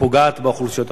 ופוגעת באוכלוסיות החלשות.